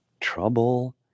trouble